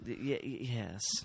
Yes